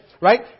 right